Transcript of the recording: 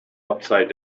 upside